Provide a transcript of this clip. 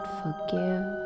forgive